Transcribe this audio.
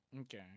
Okay